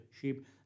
sheep